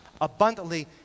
abundantly